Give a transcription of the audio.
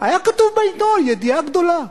היה כתוב בעיתון ידיעה גדולה.